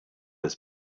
his